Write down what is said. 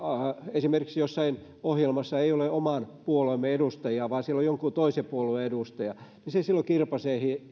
esimerkiksi jossain ohjelmassa ei ole oman puolueemme edustajia vaan siellä on jonkun toisen puolueen edustaja silloin se kirpaisee